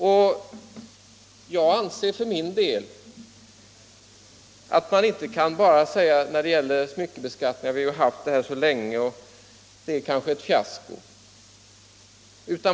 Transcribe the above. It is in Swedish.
en Jag anser för min del att man när det gäller smyckebeskattningen inte bara kan säga att vi har haft den så länge att den kan få vara kvar, även om den kanske innebär ett fiasko.